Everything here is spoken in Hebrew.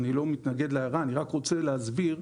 אני לא מתנגד ורק רוצה להסביר,